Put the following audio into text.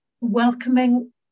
welcoming